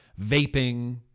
vaping